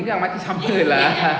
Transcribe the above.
meninggal mati sama lah